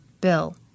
Bill